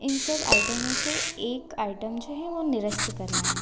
इन सब आइटम में से एक आइटम जो है वो निरस्त करना है